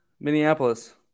Minneapolis